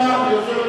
שקט.